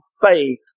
faith